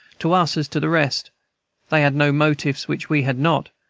to us as to the rest they had no motives which we had not,